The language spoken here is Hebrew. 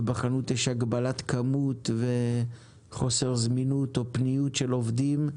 ובחנות יש הגבלת כמות וחוסר זמינות או פניות של עובדים,